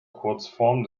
kurzform